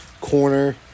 corner